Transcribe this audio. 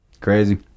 Crazy